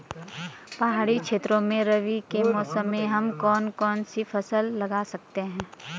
पहाड़ी क्षेत्रों में रबी के मौसम में हम कौन कौन सी फसल लगा सकते हैं?